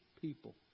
people